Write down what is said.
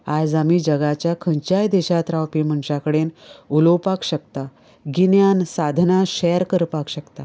आयज आमी जगाच्या खंयच्याय देशांत रावपी मनशां कडेन उलोवपाक शकता गिन्यान सादनां शेर करपाक शकतात